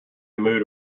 mood